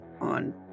on